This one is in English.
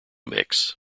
mix